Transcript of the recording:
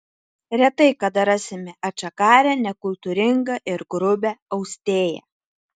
retai kada rasime atžagarią nekultūringą ir grubią austėją